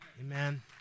Amen